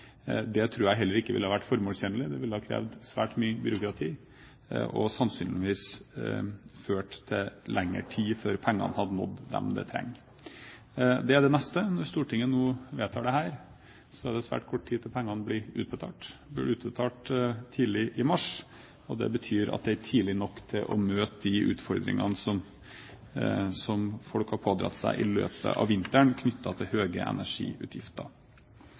ville ha vært formålstjenlig. Det ville ha krevd svært mye byråkrati og sannsynligvis ført til at det tok lengre tid før pengene nådde dem som trenger dem. Det er det neste. Når Stortinget nå vedtar dette, er det svært kort tid til pengene blir utbetalt, de blir utbetalt tidlig i mars. Det betyr at det er tidlig nok til å møte de utfordringene som folk har stått overfor i løpet av vinteren knyttet til høye energiutgifter.